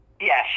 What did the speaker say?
Yes